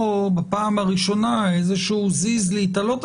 בפעם הראשונה איזשהו זיז להיתלות עליו.